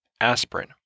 aspirin